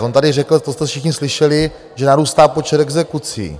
On tady řekl, to jste všichni slyšeli, že narůstá počet exekucí.